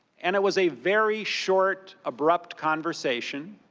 and it was a very short, abrupt conversation.